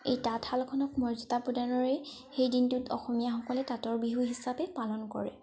এই তাঁতশালখনক মৰ্য্য়দা প্ৰদানেৰে সেই দিনটোত অসমীয়াসকলে তাঁতৰ বিহু হিচাপে পালন কৰে